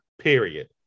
Period